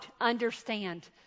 understand